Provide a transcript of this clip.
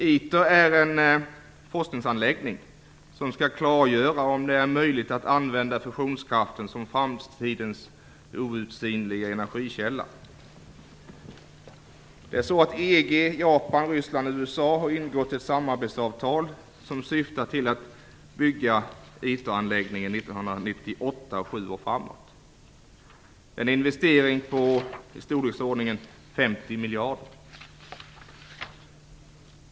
ITER är en forskningsanläggning som skall klargöra om det är möjligt att använda fusionskraften som framtidens outsinliga energikälla. EU, Japan, Ryssland och USA har ingått ett samarbetsavtal som syftar till att bygga ITER anläggningen 1998 och under sju år framåt. Det är en investering på ca 50 miljarder.